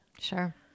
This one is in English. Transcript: Sure